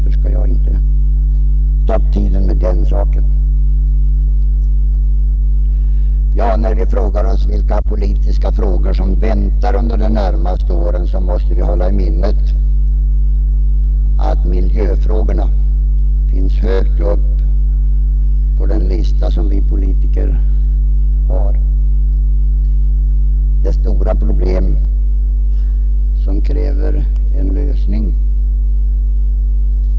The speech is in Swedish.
Därför skall jag inte ta upp tiden med den saken. När vi frågar oss vilka politiska spörsmål som väntar under de närmaste åren, måste vi hålla i minnet att miljövården står högt upp på den lista som vi politiker har. I det sammanhanget finns stora problem, som kräver en lösning.